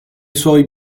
suoi